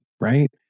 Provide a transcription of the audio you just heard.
right